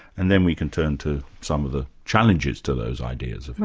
and then we can turn to some of the challenges to those ideas of